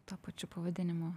tuo pačiu pavadinimu